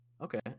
Okay